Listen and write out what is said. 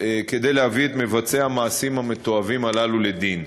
כדי להביא את מבצעי המעשים המתועבים הללו לדין.